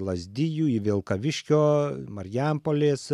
lazdijų į vilkaviškio marijampolės